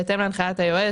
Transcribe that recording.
בהתאם להנחיית היועץ,